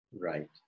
Right